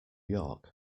york